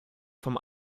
vom